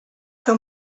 fer